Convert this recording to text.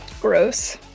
Gross